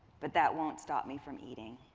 but that won't stop me from eating.